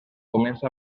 comença